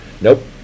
Nope